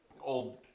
old